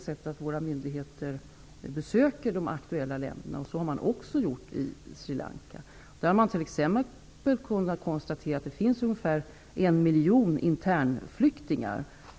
Våra myndigheter besöker de aktuella länderna. Så har man också gjort med Sri Lanka. Man har då t.ex. kunnat konstatera att det finns ungefär 1 miljon internflyktingar.